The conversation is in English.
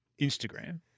Instagram